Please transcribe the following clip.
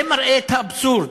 זה מראה את האבסורד,